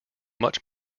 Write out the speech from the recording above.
much